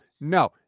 no